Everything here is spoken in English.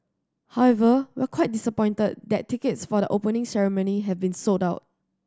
however we're quite disappointed that tickets for the Opening Ceremony have been sold out